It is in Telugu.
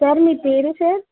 సార్ మీ పేరు సార్